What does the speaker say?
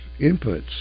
inputs